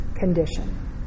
Condition